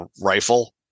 rifle